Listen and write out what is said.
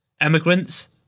Emigrants